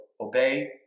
Obey